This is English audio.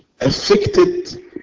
affected